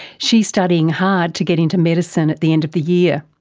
she's studying hard to get into medicine at the end of the year.